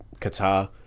Qatar